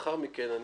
לאחר מכן,